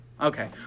Okay